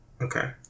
Okay